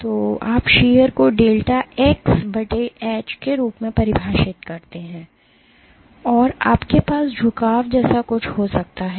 तो आप शीयर को डेल्टा x h के रूप में परिभाषित करते हैं और आपके पास झुकाव जैसा कुछ हो सकता है